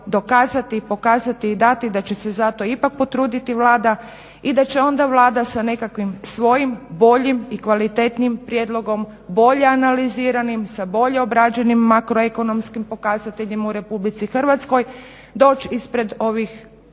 dokazati, i pokazati i dati da će se zato ipak potruditi Vlada i da će onda Vlada sa nekakvim svojim boljim i kvalitetnijim prijedlogom bolje analiziranim, sa bolje obrađenim makroekonomskim pokazateljima u RH doć ispred ovih